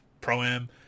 Pro-Am